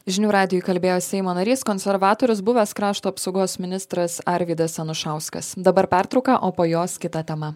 žinių radijui kalbėjo seimo narys konservatorius buvęs krašto apsaugos ministras arvydas anušauskas dabar pertrauka o po jos kita tema